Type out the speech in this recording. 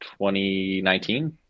2019